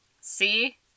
See